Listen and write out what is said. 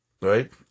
right